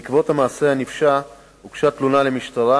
2. בעקבות המעשה הנפשע הוגשה תלונה למשטרה,